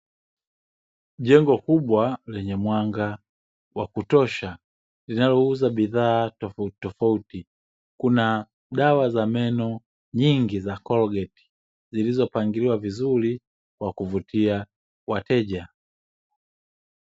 Jengo kubwa lenye mwanga wa kutosha linalouza bidhaa tofauti tofauti kuna dawa za meno nyingi za "Colgate" zilizo pangiliwa vizuri kwa kuvutia wateja.